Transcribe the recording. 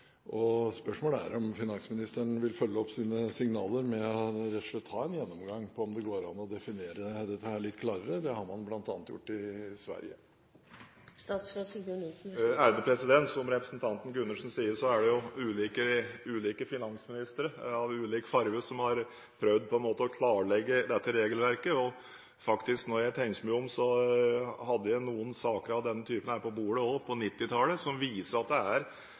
om finansministeren vil følge opp sine signaler ved rett og slett å ha en gjennomgang av om det går an å definere dette litt klarere. Det har man bl.a. gjort i Sverige. Som representanten Gundersen sier, er det ulike finansministre av ulik farge som har prøvd å klarlegge dette regelverket. Når jeg tenker meg om, hadde jeg faktisk noen saker av denne typen på bordet også på 1990-tallet. Det viser at det er